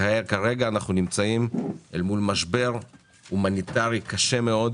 כרגע אנחנו נמצאים אל מול משבר הומניטרי קשה מאוד